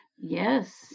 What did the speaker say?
Yes